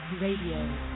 Radio